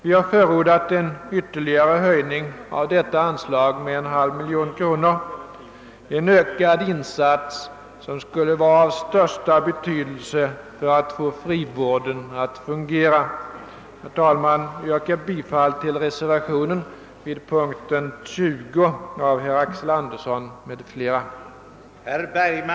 Vi har förordat en ytterligare höjning av anslaget med en halv miljon kronor, en ökad insats som skulle vara av största betydelse för att få frivården att fungera. Herr talman! Jag yrkar bifall till reservationen 5 vid punkten 20 av herr Axel Andersson m.fl.